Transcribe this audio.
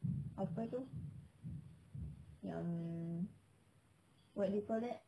apa tu yang what do you call that